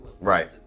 right